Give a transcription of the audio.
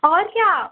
और क्या